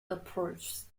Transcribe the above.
approaches